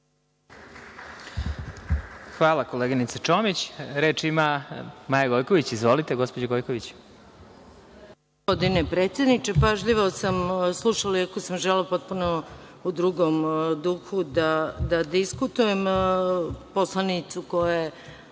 Hvala koleginice Čomić. Reč ima Maja Gojković. Izvolite. **Maja Gojković**